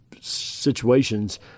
situations